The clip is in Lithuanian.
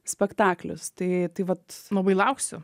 spektaklis tai vat labai lauksiu